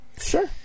Sure